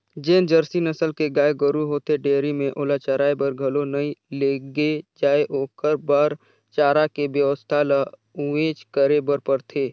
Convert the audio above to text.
जेन जरसी नसल के गाय गोरु होथे डेयरी में ओला चराये बर घलो नइ लेगे जाय ओखर बर चारा के बेवस्था ल उहेंच करे बर परथे